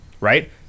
right